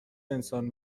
انسان